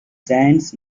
sands